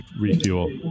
refuel